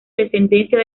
descendencia